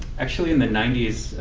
actually in the ninety s,